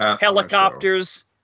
Helicopters